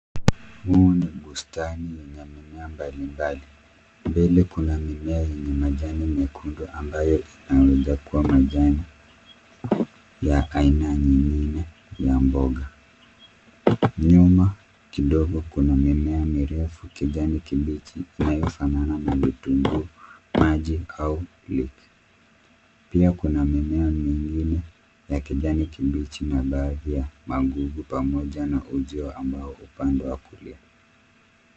Huu ni bustani yenye mimea mbalimbali, mbele kuna mimea yenye majani mekundu ambayo yanaeza kuwa majani ya aina nyingine ya mboga. Nyuma kidogo kuna mimea mirefu ya kijani kibichi inayo fanana na vitunguu , maji au eak pia kuna mimea mingine ya kijani kibichi na baadhi ya manguvu pamoja na uzio upande wa kulia.